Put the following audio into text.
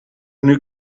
new